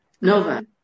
Nova